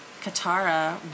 Katara